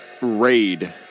raid